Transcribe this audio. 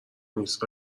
نیست